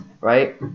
Right